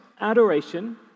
Adoration